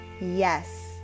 yes